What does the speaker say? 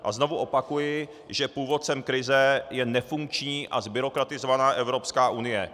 A znovu opakuji, že původcem krize je nefunkční a zbyrokratizovaná Evropská unie.